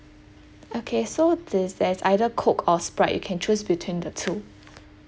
okay so this there's either coke or sprite you can choose between the two